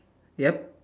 yup